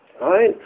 Right